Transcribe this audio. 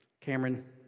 Cameron